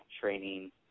training